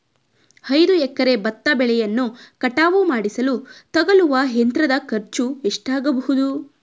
ಐದು ಎಕರೆ ಭತ್ತ ಬೆಳೆಯನ್ನು ಕಟಾವು ಮಾಡಿಸಲು ತಗಲುವ ಯಂತ್ರದ ಖರ್ಚು ಎಷ್ಟಾಗಬಹುದು?